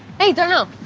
hey, darnell.